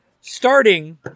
Starting